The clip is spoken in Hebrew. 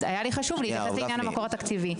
אז היה לי חשוב להתייחס למקור התקציבי.